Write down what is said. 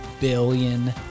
billion